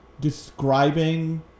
describing